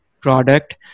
product